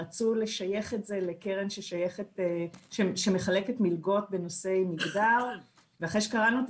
רצו לשייך את זה לקרן שמחלקת מלגות בנושאים של מגדר ואחרי שקראנו את